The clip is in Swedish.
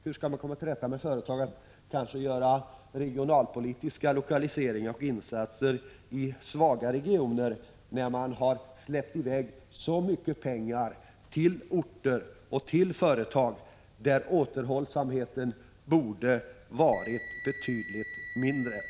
Hur skall man komma till rätta med andra företag och förmå dem att göra regionalpolitiska lokaliseringar och insatser i svaga regioner, när man släppt iväg så mycket pengar till orter och till företag där återhållsamheten borde ha varit betydligt större?